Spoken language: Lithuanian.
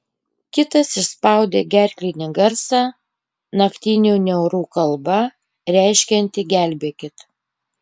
kitas išspaudė gerklinį garsą naktinių niaurų kalba reiškiantį gelbėkit